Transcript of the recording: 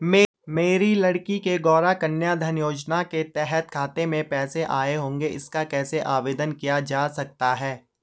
मेरी लड़की के गौंरा कन्याधन योजना के तहत खाते में पैसे आए होंगे इसका कैसे आवेदन किया जा सकता है?